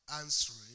answering